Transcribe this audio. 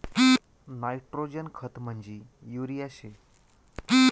nitrogen खत म्हंजी urea शे